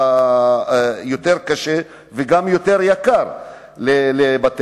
יהיה יותר קשה וגם יותר יקר לבתי-הסוהר